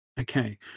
Okay